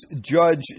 Judge